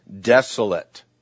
desolate